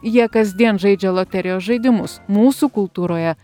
jie kasdien žaidžia loterijos žaidimus mūsų kultūroje